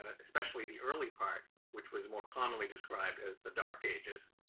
especially the early part, which was more commonly described as the dark ages,